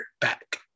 back